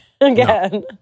again